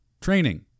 training